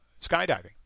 skydiving